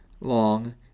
long